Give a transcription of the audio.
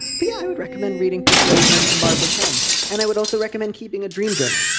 b, i would recommend reading persuasions and barbara penn and i would also recommend keeping a dream journal.